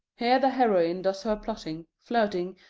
here the heroine does her plotting, flirting,